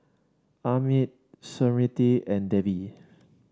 Amit Smriti and Devi